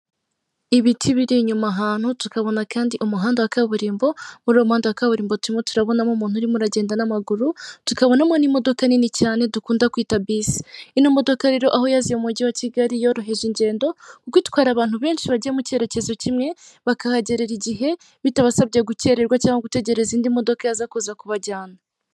Ugize ejo hezo ukazigamira umwana wawe ku buryo ushobora kugira ikibazo, yamafaranga bakayamuhereza cyangwa se waba uri umusore warabikoze hakiri kare, ukagenda bagahita bayaguhereza ushobora kubaka nibwo buryo bashyizeho. Urabona ko hano rero ni urubyiruko ndetse n'abandi bari kubyamamaza rwose bari kumwe n'inzego z'umutekano niba ndi kureba neza.